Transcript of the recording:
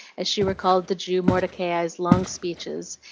as she recalled the jew mordecai's long speeches,